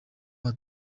aha